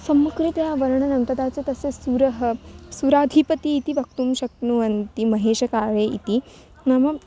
संस्कृतवर्णनं तथा च तस्य स्वरः स्वराधिपतिः इति वक्तुं शक्नुवन्ति महेशकाळे इति नाम